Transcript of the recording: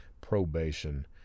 probation